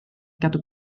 gadw